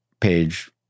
page